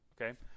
okay